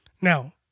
Now